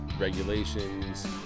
regulations